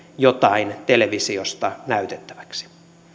jotain televisiosta näytettäväksi